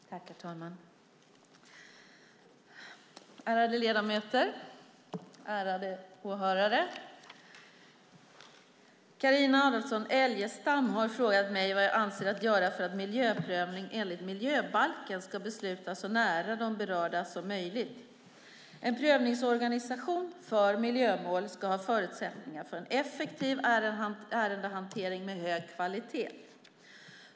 Herr talman, ärade ledamöter och åhörare! Carina Adolfsson Elgestam har frågat mig vad jag avser att göra för att miljöprövning enligt miljöbalken ska beslutas så nära de berörda som möjligt. En prövningsorganisation för miljömål ska ha förutsättningar för en effektiv ärendehantering med hög kvalitet.